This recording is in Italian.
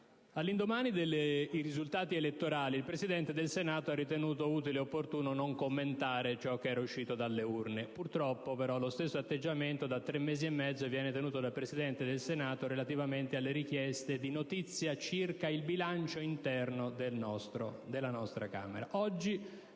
All'indomani dei risultati elettorali, il Presidente del Senato ha ritenuto utile e opportuno non commentare ciò che era uscito dalle urne. Purtroppo però lo stesso atteggiamento da tre mesi e mezzo viene tenuto dal Presidente del Senato relativamente alle richieste di notizie circa il bilancio interno della nostra Camera.